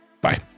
bye